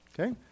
Okay